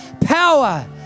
Power